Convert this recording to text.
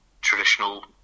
traditional